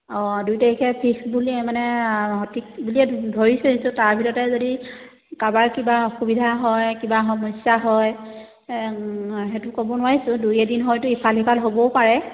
অঁ দুই তাৰিখে ফিক্স বুলি মানে সঠিক বুলিয়ে ধৰি থৈছোঁ তাৰ ভিতৰতে যদি কাৰোবাৰ কিবা অসুবিধা হয় কিবা সমস্যা হয় সেইটো ক'ব নোৱাৰিছোঁ দুই এদিন হয়টো ইফাল সিফাল হ'বও পাৰে